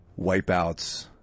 wipeouts